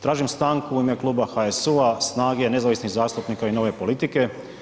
Tražim stanku u ime kluba HSU-a, SNAGA-e, Nezavisnih zastupnika i Nove politike.